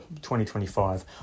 2025